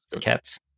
cats